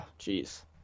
Jeez